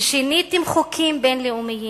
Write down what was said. ששיניתם חוקים בין-לאומיים?